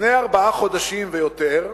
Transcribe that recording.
לפני ארבעה חודשים ויותר,